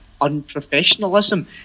unprofessionalism